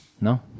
No